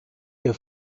der